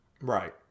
Right